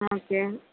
ஆ okay